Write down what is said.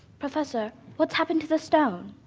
professor, what's happened to the stone?